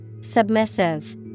Submissive